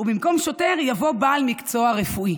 ובמקום 'שוטר' יבוא 'בעל מקצוע רפואי'".